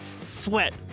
sweat